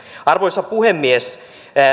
arvoisa puhemies